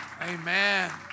Amen